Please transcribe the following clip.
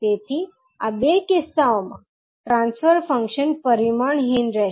તેથી આ બે કિસ્સાઓમાં ટ્રાન્સફર ફંક્શન પરિમાણહીન હશે